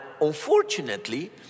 unfortunately